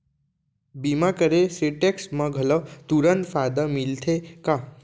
बीमा करे से टेक्स मा घलव तुरंत फायदा मिलथे का?